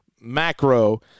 macro